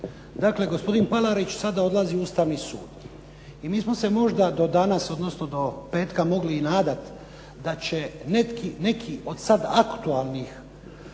Dakle, gospodin Palarić sada odlazi u Ustavni sud i mi smo se možda do danas, odnosno do petka mogli i nadati da će sada neki od sada aktualnih